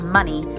money